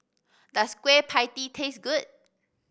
does Kueh Pie Tee taste good